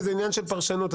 שזה עניין של פרשנות,